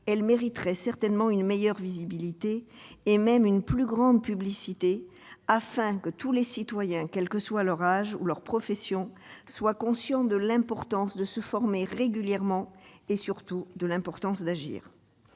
elles mériteraient certainement une meilleure visibilité et même une plus grande publicité afin que tous les citoyens, quel que soit leur âge ou leur profession, soient conscients de l'importance de se former régulièrement, et surtout de l'importance d'agir.